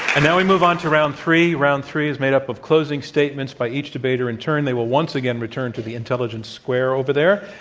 and now, we move on to round three. round three is made up of closing statements by each debater in turn. they will once again return to the intelligence square over there.